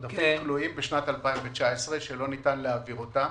כלואים, שלא ניתן להעביר אותם.